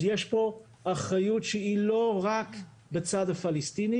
אז יש פה אחריות שהיא לא רק בצד הפלסטינית,